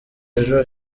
ejo